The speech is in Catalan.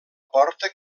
porta